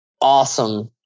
awesome